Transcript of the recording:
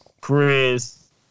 Chris